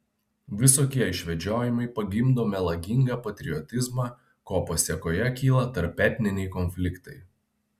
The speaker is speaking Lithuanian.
visokie išvedžiojimai pagimdo melagingą patriotizmą ko pasėkoje kyla tarpetniniai konfliktai